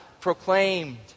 proclaimed